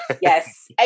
Yes